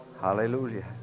hallelujah